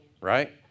Right